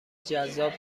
جذاب